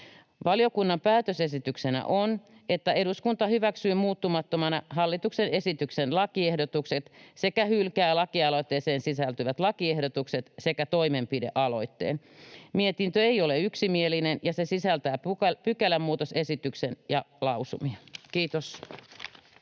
Valiokunnan päätösesityksenä on, että eduskunta hyväksyy muuttamattomana hallituksen esityksen lakiehdotukset sekä hylkää lakialoitteeseen sisältyvät lakiehdotukset sekä toimenpidealoitteen. Mietintö ei ole yksimielinen, ja se sisältää pykälämuutosesityksen ja lausumia. — Kiitos.